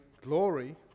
glory